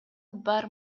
бар